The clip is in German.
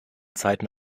zeiten